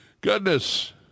Goodness